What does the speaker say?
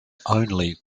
only